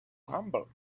humble